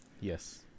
Yes